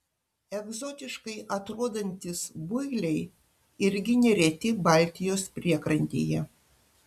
egzotiškai atrodantys builiai irgi nereti baltijos priekrantėje